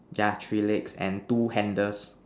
yeah three legs and two handles